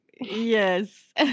Yes